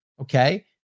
okay